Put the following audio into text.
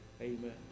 Amen